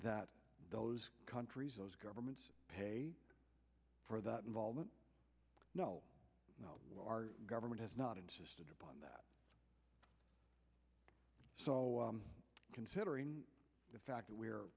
that those countries those governments pay for that involvement no where our government has not insisted upon that so considering the fact that we're